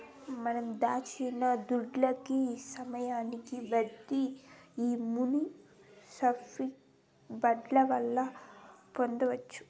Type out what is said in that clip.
మనం దాచిన దుడ్డుకి సమయానికి వడ్డీ ఈ మునిసిపల్ బాండ్ల వల్ల పొందొచ్చు